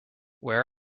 where